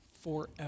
forever